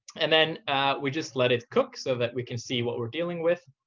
and then we just let it cook so that we can see what we're dealing with.